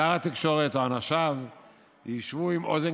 שר התקשורת או אנשיו ישבו עם אוזן